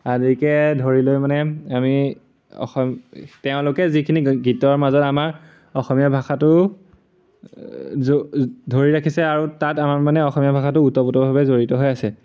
আদিকে ধৰি লৈ মানে আমি অসম তেওঁলোকে যিখিনি গীতৰ মাজত আমাৰ অসমীয়া ভাষাটো ধৰি ৰাখিছে আৰু তাত আমাৰ মানে অসমীয়া ভাষাটো ওতপ্ৰোতভাৱে জড়িত হৈ আছে